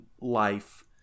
life